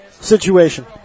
situation